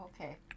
okay